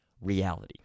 reality